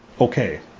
okay